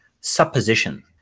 supposition